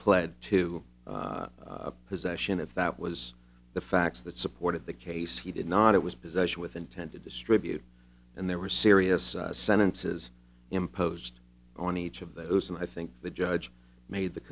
have pled to a possession if that was the facts that supported the case he did not it was possession with intent to distribute and there were serious sentences imposed on each of those and i think the judge made the